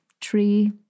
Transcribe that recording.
tree